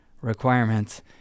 requirements